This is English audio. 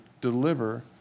deliver